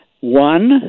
One